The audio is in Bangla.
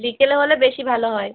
বিকেলে হলে বেশি ভালো হয়